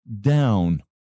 down